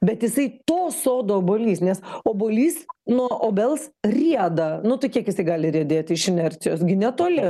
bet jisai to sodo obuolys nes obuolys nuo obels rieda nu tai kiek jisai gali riedėti iš inercijos gi netoli